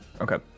Okay